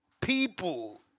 people